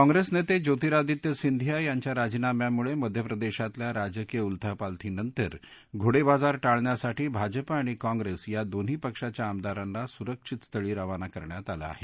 काँप्रेस नेते ज्योतिरादित्य सिंधिया यांच्या राजीनाम्यामुळे मध्य प्रदेशातल्या राजकीय उलथापाथीनंतर घोडेबाजार टाळण्यासाठी भाजपा आणि काँग्रेस दोन्ही पक्षाच्या आमदारांना सुरक्षित स्थळी रवाना करण्यात आलं आहे